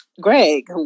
Greg